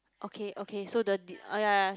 okay okay so the de~ orh ya